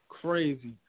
crazy